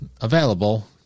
available